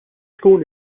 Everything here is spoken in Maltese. tkun